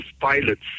pilots